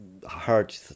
hard